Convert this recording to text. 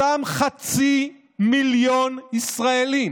אותם חצי מיליון ישראלים.